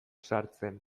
sartzen